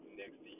next